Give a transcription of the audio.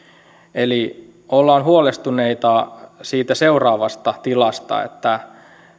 eli ollaan huolestuneita siitä seuraavasta tilasta että